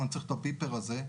אני צריך את הביפר הזה,